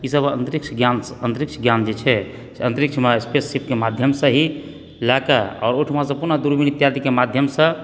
ईसभ अंतरिक्ष ज्ञानसँ अंतरिक्ष ज्ञान जे छै से अंतरिक्षमे स्पेसशिपके माध्यमसँ ही लए कऽ आ ओहुठुमासंँ पुनः दूरबीन इत्यादिके माध्यमसंँ